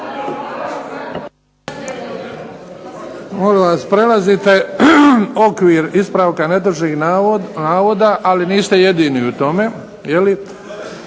Molim vas prelazite okvir ispravka netočnog navoda, ali niste jedini u tome.